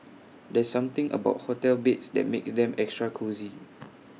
there's something about hotel beds that makes them extra cosy